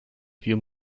vier